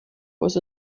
was